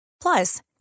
Plus